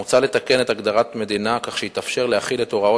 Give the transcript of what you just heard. מוצע לתקן את הגדרת מדינה כך שיתאפשר להחיל את הוראות